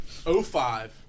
05